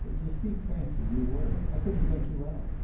ah to speak frankly, you were. i couldn't make you out.